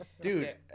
dude